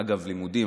אגב לימודים,